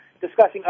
discussing